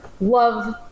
love